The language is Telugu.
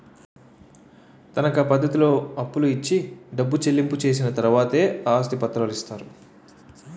తనకా పద్ధతిలో అప్పులు ఇచ్చి డబ్బు చెల్లించి చేసిన తర్వాతే ఆస్తి పత్రాలు ఇస్తారు